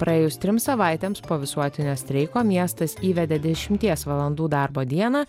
praėjus trims savaitėms po visuotinio streiko miestas įvedė dešimties valandų darbo dieną